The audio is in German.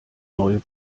neue